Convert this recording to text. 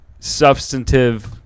Substantive